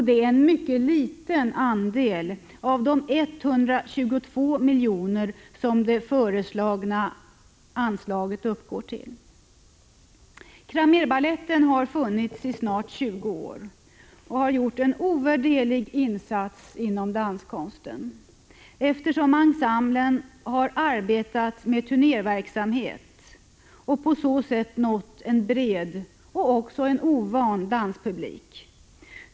Det är en mycket liten del av de 122 miljoner som det föreslagna anslaget uppgår till. Cramérbaletten har funnits i snart 20 år och gjort en ovärderlig insats inom danskonsten, eftersom ensemblen har arbetat med turnéverksamhet och på så sätt nått en bred, och ovan, danspublik.